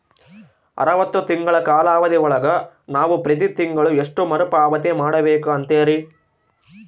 ಅರವತ್ತು ತಿಂಗಳ ಕಾಲಾವಧಿ ಒಳಗ ನಾವು ಪ್ರತಿ ತಿಂಗಳು ಎಷ್ಟು ಮರುಪಾವತಿ ಮಾಡಬೇಕು ಅಂತೇರಿ?